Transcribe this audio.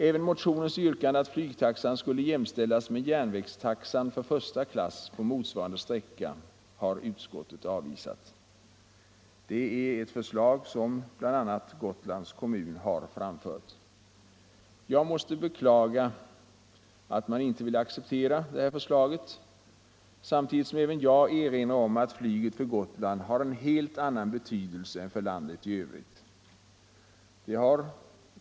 Även motionens yrkande att flygtaxan skulle jämställas med järnvägstaxan för första klass på motsvarande sträcka — förslaget har bl.a. framförts från Gotlands kommun =— har utskottet avvisat. Detta måste jag beklaga, samtidigt som jag erinrar om att flyget för Gotland har en helt annan betydelse än för landet i övrigt.